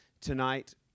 tonight